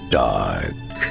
dark